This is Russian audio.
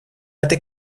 этой